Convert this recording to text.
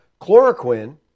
Chloroquine